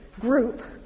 group